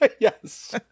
Yes